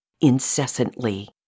incessantly